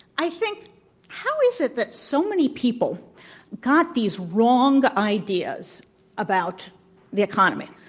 i think how is it that so many people got these wrong ideas about the economy?